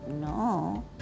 No